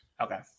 Okay